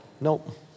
Nope